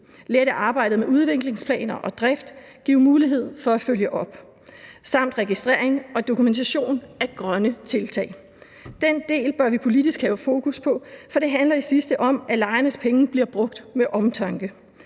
lette arbejdet med udviklingsplaner og drift, give mulighed for at følge op samt registrering og dokumentation af grønne tiltag. Den del bør vi politisk have fokus på, for det handler i sidste ende om, at lejernes penge bliver brugt med omtanke.